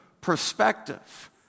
perspective